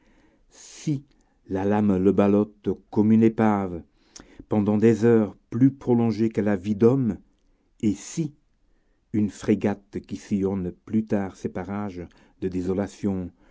si la lame le ballotte comme une épave pendant des heures plus prolongées que la vie d'homme et si une frégate qui sillonne plus tard ces parages de désolation